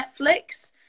netflix